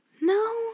No